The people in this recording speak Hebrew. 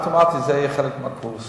ואוטומטית זה יהיה חלק מהקורס.